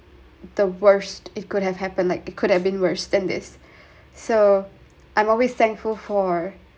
the worst if could have happened like it could have been worse than this so I'm always thankful for